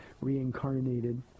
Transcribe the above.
reincarnated